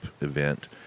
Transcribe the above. event